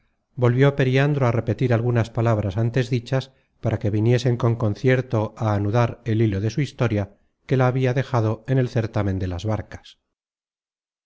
volvió periandro á repetir algunas palabras antes dichas para que viniese con concierto á anudar el hilo de su historia que la habia dejado en el certamen de las barcas